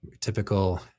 typical